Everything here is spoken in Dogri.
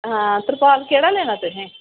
आं तिरपाल केह्ड़ा लैना तुसें